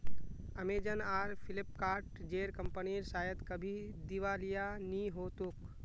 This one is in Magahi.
अमेजन आर फ्लिपकार्ट जेर कंपनीर शायद कभी दिवालिया नि हो तोक